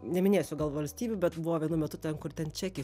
neminėsiu gal valstybių bet buvo vienu metu ten kur ten čekiai